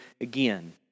again